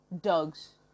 dogs